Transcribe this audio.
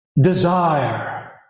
desire